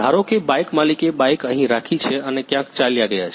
ધારો કે બાઇક માલિકે બાઇક અહીં રાખી છે અને ક્યાંક ચાલ્યા ગયા છે